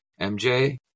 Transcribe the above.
MJ –